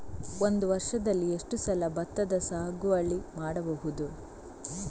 ಒಂದು ವರ್ಷದಲ್ಲಿ ಎಷ್ಟು ಸಲ ಭತ್ತದ ಸಾಗುವಳಿ ಮಾಡಬಹುದು?